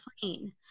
plane